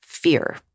fear